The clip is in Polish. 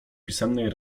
pisemnej